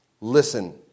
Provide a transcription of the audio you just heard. listen